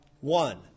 one